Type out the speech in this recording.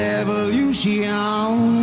evolution